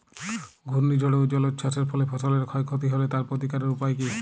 ঘূর্ণিঝড় ও জলোচ্ছ্বাস এর ফলে ফসলের ক্ষয় ক্ষতি হলে তার প্রতিকারের উপায় কী?